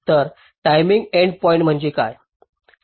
तर timing endpoint म्हणजे काय